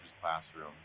Classroom